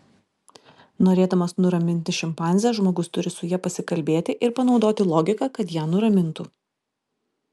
norėdamas nuraminti šimpanzę žmogus turi su ja pasikalbėti ir panaudoti logiką kad ją nuramintų